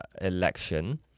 election